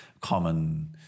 common